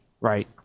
right